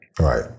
Right